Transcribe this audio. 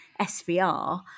SVR